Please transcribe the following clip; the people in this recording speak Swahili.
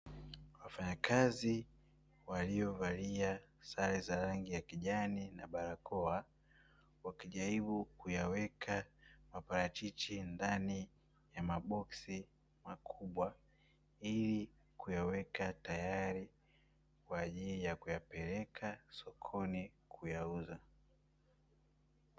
Wafanyakazi waliovalia sare za rangi ya kijani na barakoa, wakijaribu kuyaweka maparachichi ndani ya maboksi makubwa ili kuyaweka tayari kwaajili ya kuyapeleka sokoni kuyauza.